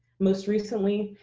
most recently,